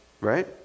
Right